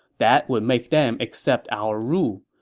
that would make them accept our rule.